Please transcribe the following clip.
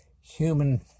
human